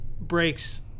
breaks